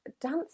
dance